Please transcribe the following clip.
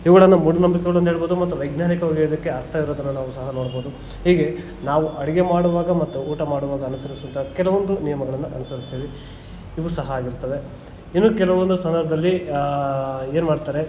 ಇವುಗಳನ್ನ ಮೂಢನಂಬಿಕೆಗಳು ಅಂತ ಹೇಳ್ಬೋದು ಮತ್ತು ವೈಜ್ಞಾನಿಕವಾಗಿ ಅದಕ್ಕೆ ಅರ್ಥ ಇರೋದನ್ನು ನಾವು ಸಹ ನೋಡ್ಬೋದು ಹೀಗೆ ನಾವು ಅಡಿಗೆ ಮಾಡುವಾಗ ಮತ್ತು ಊಟ ಮಾಡುವಾಗ ಅನುಸರಿಸುಂತ ಕೆಲವೊಂದು ನಿಯಮಗಳನ್ನು ಅನುಸರಿಸ್ತೀವಿ ಇವು ಸಹ ಆಗಿರ್ತವೆ ಇನ್ನು ಕೆಲವೊಂದು ಸಂದರ್ಭದಲ್ಲಿ ಏನ್ಮಾಡ್ತಾರೆ